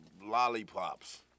lollipops